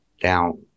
down